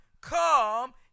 come